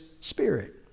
Spirit